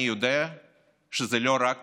אני יודע שזה לא רק